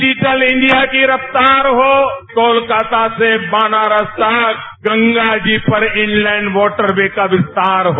digital India की रफ्तार हो कोलकाता से बनारस तक गंगा जी पर इन लैंड वॉटर ये का विस्तार हो